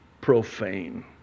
profane